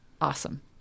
Awesome